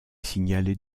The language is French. signalée